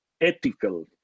ethical